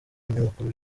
binyamakuru